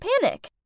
panic